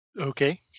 Okay